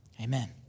Amen